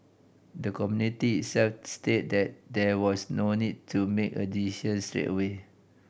the Committee itself state that there was no need to make a straight away